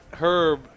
Herb